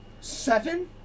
Seven